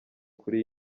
kuri